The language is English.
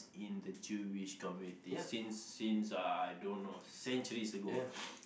in the Jewish committee since I don't know centuries ago